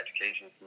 education